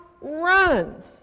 runs